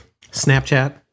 Snapchat